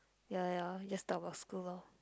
ya ya ya just talk about school lor